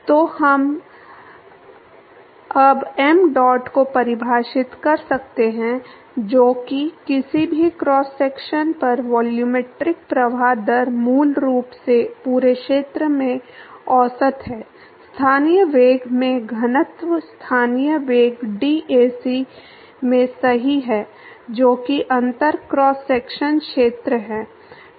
तो अब हम mdot को परिभाषित कर सकते हैं जो कि किसी भी क्रॉस सेक्शन पर वॉल्यूमेट्रिक प्रवाह दर मूल रूप से पूरे क्षेत्र में औसत है स्थानीय वेग में घनत्व स्थानीय वेग dAc में सही है जो कि अंतर क्रॉस सेक्शनल क्षेत्र है